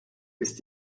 ist